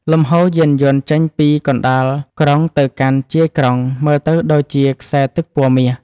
លំហូរយានយន្តចេញពីកណ្ដាលក្រុងទៅកាន់ជាយក្រុងមើលទៅដូចជាខ្សែទឹកពណ៌មាស។